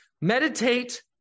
meditate